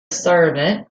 servant